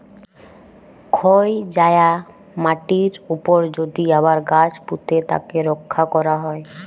ক্ষয় যায়া মাটির উপরে যদি আবার গাছ পুঁতে তাকে রক্ষা ক্যরা হ্যয়